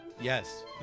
Yes